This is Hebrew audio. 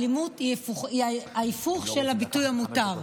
האלימות היא ההיפוך של הביטוי המותר?